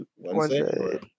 Wednesday